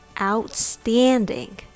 outstanding